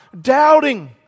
doubting